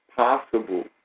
possible